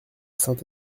saint